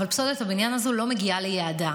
אבל פסולת הבניין הזו לא מגיעה ליעדה,